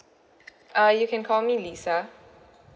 uh you can call me lisa